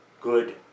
good